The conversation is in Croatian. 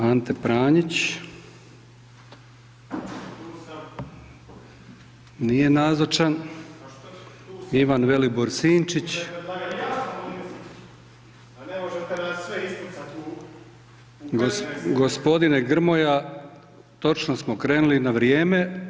Ante Pranić. ... [[Upadica se ne čuje.]] Nije nazočan. ... [[Upadica se ne čuje.]] Ivan Vilibor Sinčić. ... [[Upadica se ne čuje.]] Gospodine Grmoja, točno smo krenuli na vrijeme.